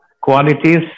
qualities